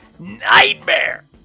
Nightmare